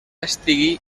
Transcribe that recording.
estigui